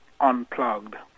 unplugged